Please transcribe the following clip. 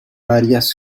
varias